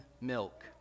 milk